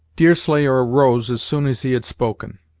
deerslayer arose as soon as he had spoken.